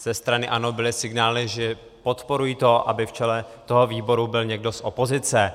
Ze strany ANO byly signály, že podporují to, aby v čele výboru byl někdo z opozice.